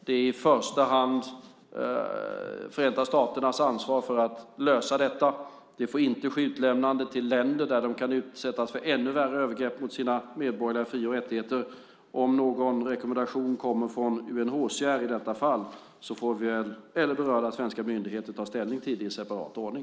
Det är i första hand Förenta staternas ansvar att lösa detta. Det får inte ske utlämnande till länder där de kan utsättas för ännu värre övergrepp mot sina medborgerliga fri och rättigheter. Om någon rekommendation kommer från UNHCR i detta fall får vi eller berörda svenska myndigheter ta ställning till det i separat ordning.